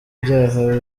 byaha